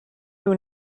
who